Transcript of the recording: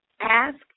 ask